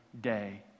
day